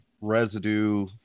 residue